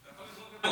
יפה.